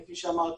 כפי שאמרתי,